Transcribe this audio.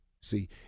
See